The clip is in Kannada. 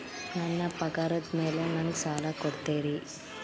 ನನ್ನ ಪಗಾರದ್ ಮೇಲೆ ನಂಗ ಸಾಲ ಕೊಡ್ತೇರಿ?